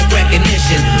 recognition